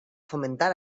fomentar